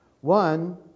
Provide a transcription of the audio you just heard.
One